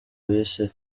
bise